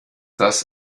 das